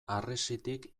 harresitik